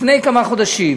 לפני כמה חודשים